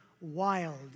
wild